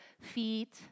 feet